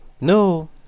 no